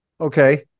Okay